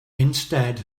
instead